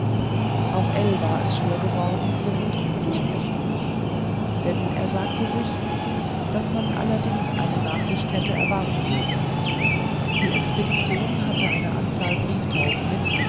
auch ell war es schwer geworden ihr mut zuzusprechen denn er sagte sich daß man allerdings eine nachricht hätte erwarten dürfen die expedition hatte eine anzahl brieftauben mit